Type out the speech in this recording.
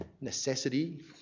necessity